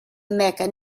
mecca